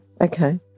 Okay